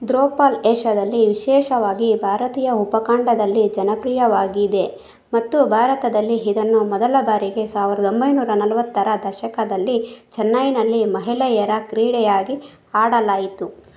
throwball ಏಷ್ಯಾದಲ್ಲಿ ವಿಶೇಷವಾಗಿ ಭಾರತೀಯ ಉಪಖಂಡದಲ್ಲಿ ಜನಪ್ರಿಯವಾಗಿದೆ ಮತ್ತು ಭಾರತದಲ್ಲಿ ಇದನ್ನು ಮೊದಲ ಬಾರಿಗೆ ಸಾವಿರದ ಒಂಬೈನೂರ ನಲ್ವತ್ತರ ದಶಕದಲ್ಲಿ ಚೆನ್ನೈನಲ್ಲಿ ಮಹಿಳೆಯರ ಕ್ರೀಡೆಯಾಗಿ ಆಡಲಾಯಿತು